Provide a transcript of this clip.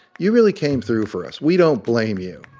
you really came through for us. we don't blame you.